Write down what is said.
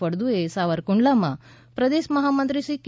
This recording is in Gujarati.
ફળદુએ સાવરકુંડલામાં પ્રદેશ મહામંત્રીશ્રી કે